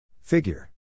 Figure